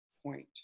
point